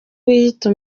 wiyita